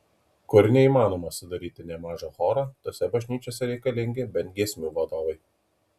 kur neįmanoma sudaryti nė mažo choro tose bažnyčiose reikalingi bent giesmių vadovai